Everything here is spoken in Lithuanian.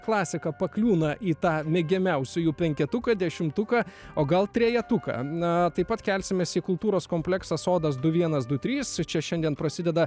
klasika pakliūna į tą mėgiamiausiųjų penketuką dešimtuką o gal trejetuką na taip pat kelsimės į kultūros kompleksą sodas du vienas du trys čia šiandien prasideda